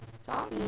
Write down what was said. Sorry